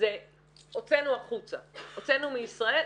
הוצאנו מישראל,